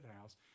house